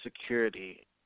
security